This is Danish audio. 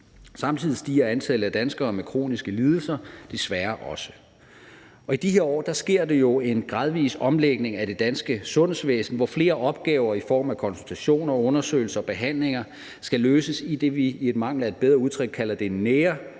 Samtidig stiger antallet af danskere med kroniske lidelser desværre også. I de her år sker der jo en gradvis omlægning af det danske sundhedsvæsen, hvor flere opgaver i form af konsultationer, undersøgelser og behandlinger skal løses i det, vi i mangel af et bedre udtryk kalder det nære